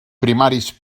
primaris